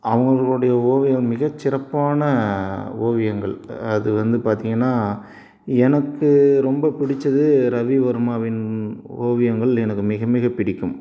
அவங்கங்களோடைய ஓவியம் மிகச்சிறப்பான ஓவியங்கள் அது வந்து பார்த்தீங்கன்னா எனக்கு ரொம்ப பிடித்தது ரவிவர்மாவின் ஓவியங்கள் எனக்கு மிகமிக பிடிக்கும்